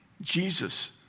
Jesus